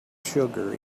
sugar